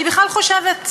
אני בכלל חושבת,